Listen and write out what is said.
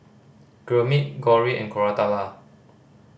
Gurmeet Gauri and Koratala